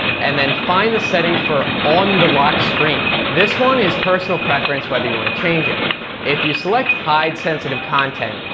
and then find the setting for on the lock screen. this one is personal preference whether you want to change. if you select hide sensitive content,